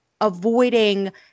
avoiding